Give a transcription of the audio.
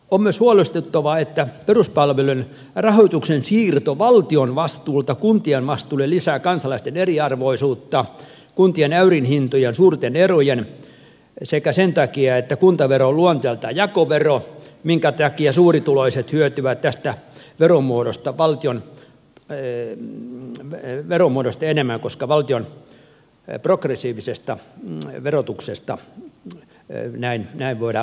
on myös huolestuttavaa että peruspalvelujen rahoituksen siirto valtion vastuulta kuntien vastuulle lisää kansalaisten eriarvoisuutta kuntien äyrin hinnan suurten erojen sekä sen takia että kuntavero on luonteeltaan jakovero minkä takia suurituloiset hyötyvät tästä veromuodosta enemmän koska valtion progressiivisesta verotuksesta näin voidaan välttyä